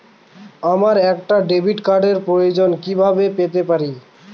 আমার একটা ডেবিট কার্ডের প্রয়োজন কিভাবে পেতে পারি?